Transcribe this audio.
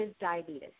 diabetes